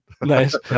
nice